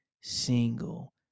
single